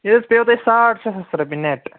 یہِ حظ پیٚیو تۄہہِ ساڑ شےٚ ساس رۄپیہِ نٮ۪ٹ